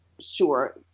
sure